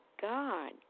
God